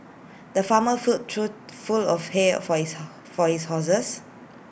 the farmer filled A trough full of hay for his for his horses